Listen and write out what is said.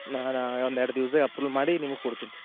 ನಾನು ಒಂದು ಎರಡು ದಿವ್ಸ್ದಾಗ ಅಪ್ರುವ್ಲ್ ಮಾಡಿ ನಿಮ್ಗ ಕೊಡ್ತೀನಿ